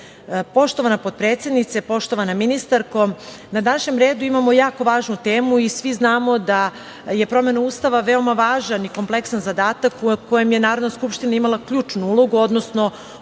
potpredsednice, poštovana ministarko, na današnjem redu imamo jako važnu temu i svi znamo da je promena Ustava veoma važan i kompleksan zadatak u kome je Narodna skupština imala ključnu ulogu, odnosno